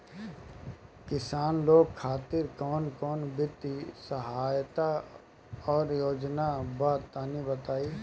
किसान लोग खातिर कवन कवन वित्तीय सहायता और योजना बा तनि बताई?